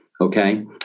okay